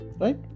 right